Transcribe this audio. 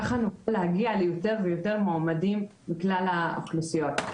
ככה נוכל להגיע ליותר ויותר מועמדים מכלל האוכלוסיות.